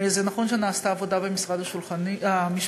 נכון שנעשתה עבודה במשרד המשפטים,